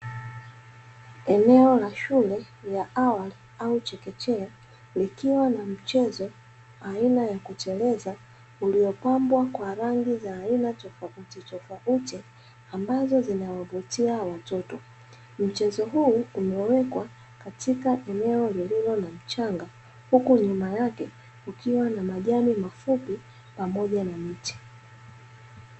Eneo la shule ya awali au chekechea likiwa na mchezo aina ya kuteleza, uliopambwa kwa rangi za aina tofautitofauti ambazo zinawavutia watoto. Mchezo huu umewekwa katika eneo lililo na mchanga, huku nyuma yake ukiwa na majani mafupi pamoja na miti.